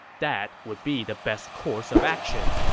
that would be the best course of action.